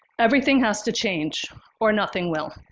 everything has to change or nothing will.